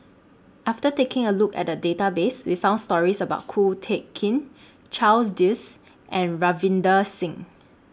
after taking A Look At The Database We found stories about Ko Teck Kin Charles Dyce and Ravinder Singh